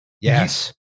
Yes